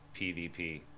pvp